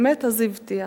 באמת הבטיח.